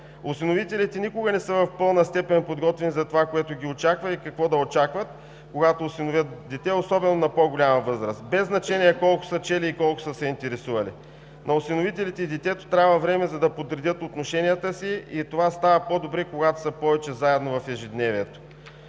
Осиновителите никога не са в пълна степен подготвени за това, което ги очаква, и какво да очакват, когато осиновят дете, особено когато е по-голямо, без значение колко са чели и колко са се интересували. На осиновителите и на детето трябва време, за да подредят отношенията си и това става по-добре, когато са повече заедно в ежедневието.